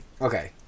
Okay